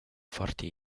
forti